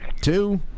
two